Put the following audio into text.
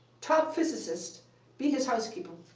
top physicist be his housekeeper.